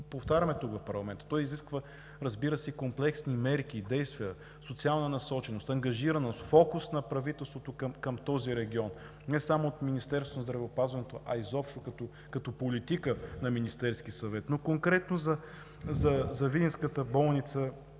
повтаряме тук, в парламента. То изисква, разбира се, комплексни мерки и действия, социална насоченост, ангажираност, фокус на правителството към този регион не само от Министерството на здравеопазването, а изобщо като политика на Министерския съвет. Конкретно обаче за видинската болница